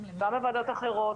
גם מוועדות אחרות